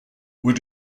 were